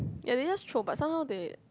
ya they just throw but some how they